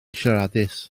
siaradus